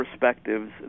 perspectives